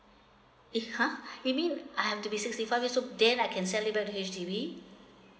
if ha you mean I've to be satisfied means so then I can sell it back to H_D_B